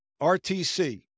RTC